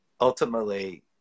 Ultimately